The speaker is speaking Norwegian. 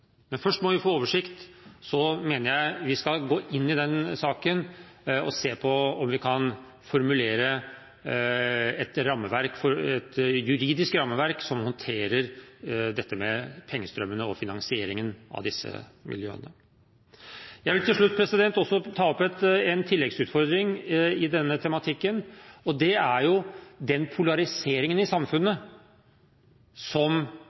Men først må vi få oversikt. Så mener jeg vi skal gå inn i saken og se på om vi kan formulere et juridisk rammeverk som håndterer dette med pengestrømmene og finansieringen av disse miljøene. Jeg vil til slutt ta opp en tilleggsutfordring i denne tematikken. Det er den polariseringen som skjer i samfunnet